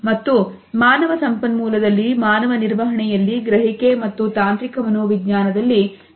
ಮತ್ತು ಮಾನವ ಸಂಪನ್ಮೂಲದಲ್ಲಿ ಮಾನವ ನಿರ್ವಹಣೆಯಲ್ಲಿ ಗ್ರಹಿಕೆ ಮತ್ತು ತಾಂತ್ರಿಕ ಮನೋವಿಜ್ಞಾನದಲ್ಲಿ ಹೆಚ್ಚಾಗಿ ಬಳಸಲಾಗುತ್ತದೆ